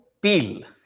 peel